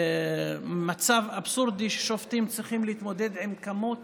למצב אבסורדי שבו שופטים צריכים להתמודד עם כמות